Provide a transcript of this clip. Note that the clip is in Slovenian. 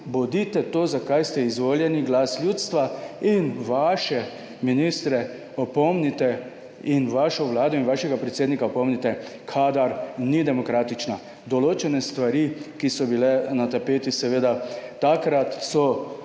bodite to, zakaj ste izvoljeni, glas ljudstva in vaše ministre opomnite in vašo Vlado in vašega predsednika opomnite kadar ni demokratična. Določene stvari, ki so bile na tapeti, seveda takrat so,